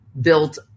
built